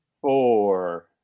four